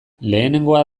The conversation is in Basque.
lehenengoa